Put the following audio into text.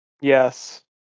Yes